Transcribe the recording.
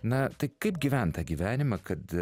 na tai kaip gyvent tą gyvenimą kad